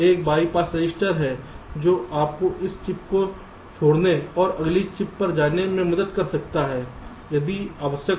एक bypass register है जो आपको इस चिप को छोड़ने और अगली चिप पर जाने में मदद कर सकता है यदि आवश्यक हो